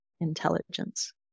intelligence